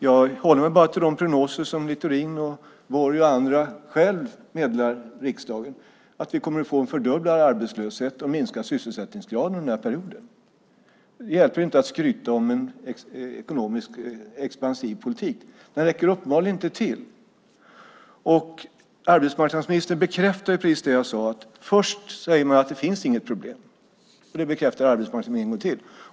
Jag håller mig bara till de prognoser som Littorin, Borg och andra själva meddelar riksdagen, att vi kommer att få en fördubblad arbetslöshet och minskad sysselsättningsgrad under den här perioden. Det hjälper inte att skryta om en expansiv ekonomisk politik. Den räcker uppenbarligen inte till. Arbetsmarknadsministern bekräftar precis det jag sade. Först säger man att det inte finns något problem, och det bekräftar arbetsmarknadsministern en gång till.